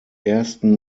ersten